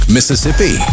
Mississippi